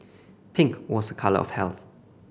pink was a colour of health